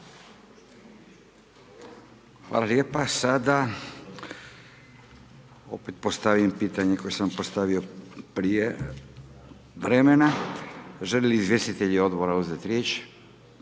Hvala lijepa. Sada opet postavim pitanje koje sam postavio prije vremena. Želi li izvjestitelji odbora uzeti riječ?